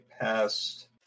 past